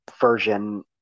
version